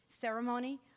ceremony